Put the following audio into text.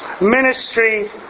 Ministry